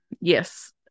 Yes